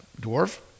dwarf